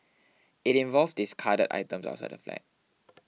it involved discarded items outside the flat